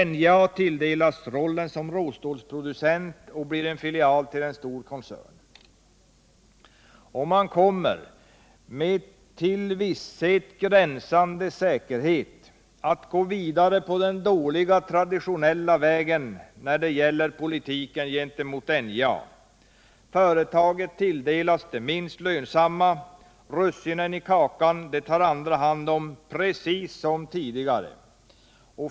NJA tilldelas rollen som råstålsproducent och blir en filial till en stor koncern. Man kommer med till visshet gränsande sannolikhet att gå vidare på den dåliga traditionella vägen när det gäller politiken gentemot NJA. Företaget tilldelas det minst lönsamma, och russinen i kakan tar andra hand om — precis som tidigare.